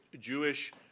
Jewish